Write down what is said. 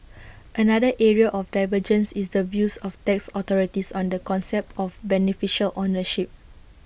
another area of divergence is the views of tax authorities on the concept of beneficial ownership